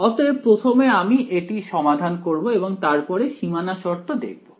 অতএব প্রথমে আমি এটা সমাধান করব এবং তারপরে সীমানা শর্ত দেখবো